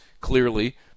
clearly